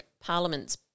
Parliament's